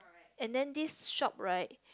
and then this shop right